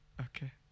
Okay